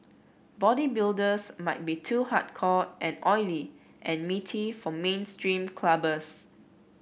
bodybuilders might be too hardcore and oily and meaty for mainstream clubbers